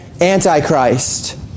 Antichrist